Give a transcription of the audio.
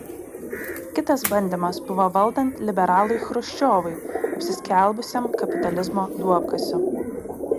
kitas bandymas buvo valdant liberalui chruščiovui apsiskelbusiam kapitalizmo duobkasiu